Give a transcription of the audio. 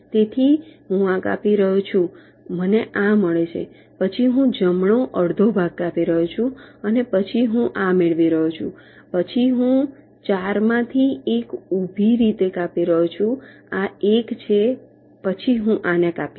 તેથી હું આ કાપી રહ્યો છું મને આ મળે છે પછી હું જમણો અડધો ભાગ કાપી રહ્યો છું અને પછી હું આ મેળવી રહ્યો છું પછી હું 4 માંથી એક ઊભી રીતે કાપી રહ્યો છું આ એક છે પછી હું આને કાપીશ